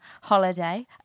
holiday